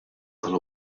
tal